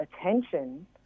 attention